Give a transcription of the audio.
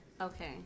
Okay